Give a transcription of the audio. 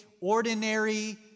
ordinary